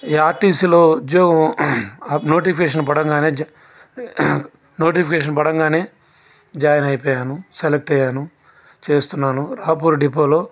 ఈ ఆర్టీసీలో ఉద్యోగం నోటిఫికేషన్ పడంగానే జా నోటిఫికేషన్ పడంగానే జాయిన్ అయిపోయాను సెలెక్ట్ అయ్యాను చేస్తున్నాను రాంపూర్ డిపోలో